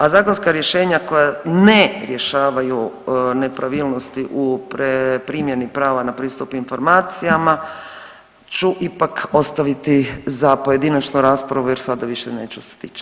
A zakonska rješenja koja ne rješavaju nepravilnosti u primjeni prava na pristup informacijama ću ipak ostaviti za pojedinačnu raspravu jer sada više neću stići.